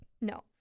No